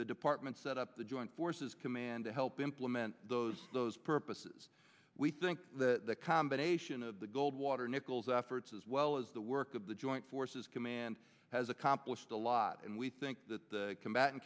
the department set up the joint forces command to help implement those those purposes we think that the combination of the goldwater nichols efforts as well as the work of the joint forces command has accomplished a lot and we think that the combat